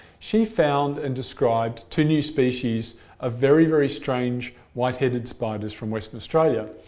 she found and described two new species of very very strange white-headed spiders from western australia.